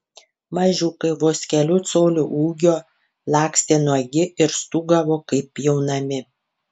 mažiukai vos kelių colių ūgio lakstė nuogi ir stūgavo kaip pjaunami